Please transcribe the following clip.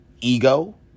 ego